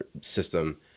system